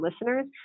listeners